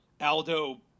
Aldo